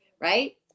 right